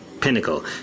pinnacle